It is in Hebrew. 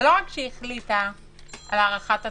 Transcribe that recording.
ולא רק שהיא החליטה על הארכת התקנות,